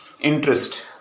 interest